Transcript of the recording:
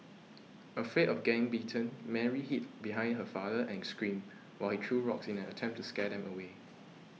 afraid of getting bitten Mary hid behind her father and screamed while he threw rocks in an attempt to scare them away